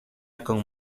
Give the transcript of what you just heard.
con